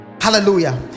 hallelujah